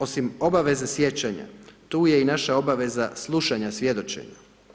Osim obaveze sjećanja, tu je i naša obaveza slušanja svjedočenja.